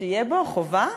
שתהיה בו, חובה,